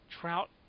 Trout